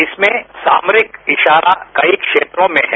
इसमें सामरिक इशारा कई क्षेत्रों में है